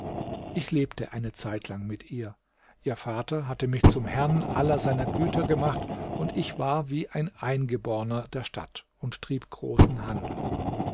ich lebte eine zeitlang mit ihr ihr vater hatte mich zum herrn aller seiner güter gemacht und ich war wie ein eingeborner der stadt und trieb großen handel